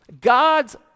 God's